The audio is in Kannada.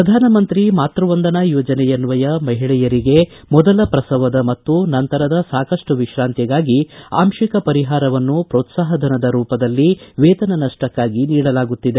ಪ್ರಧಾನಮಂತ್ರಿ ಮಾತೃವಂದನಾ ಯೋಜನೆಯನ್ವಯ ಮಹಿಳೆಯರಿಗೆ ಮೊದಲ ಪ್ರಸವದ ಮತ್ತು ನಂತರದ ಸಾಕಷ್ಟು ವಿಶ್ರಾಂತಿಗಾಗಿ ಅಂಶಿಕ ಪರಿಹಾರವನ್ನು ಪೋತ್ಸಾಪಧನದ ರೂಪದಲ್ಲಿ ವೇತನ ನಷ್ಟಕಾಗಿ ನೀಡಲಾಗುತ್ತಿದೆ